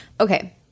Okay